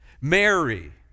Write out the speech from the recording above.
Mary